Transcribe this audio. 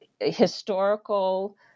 historical